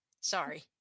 Sorry